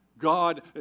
God